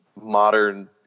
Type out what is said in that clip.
modern